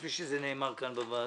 כפי שזה נאמר כאן בוועדה,